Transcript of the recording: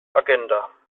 agenda